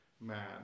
man